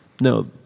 No